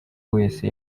wese